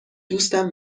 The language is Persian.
دوستم